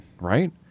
right